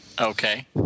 Okay